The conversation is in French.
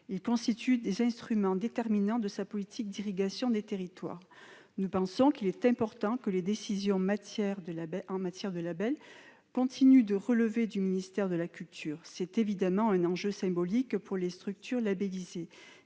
Ils constituent des instruments déterminants de sa politique d'irrigation des territoires. Nous pensons qu'il est important que les décisions en matière de label continuent de relever du ministre de la culture ; c'est évidemment un enjeu symbolique pour les structures labellisées,